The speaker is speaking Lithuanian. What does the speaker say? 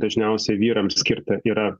dažniausia vyrams skirta yra